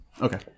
Okay